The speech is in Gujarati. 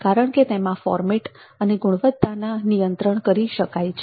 કારણ કે તેમાં ફોર્મેટ અને ગુણવત્તા નિયંત્રણ કરી શકાય છે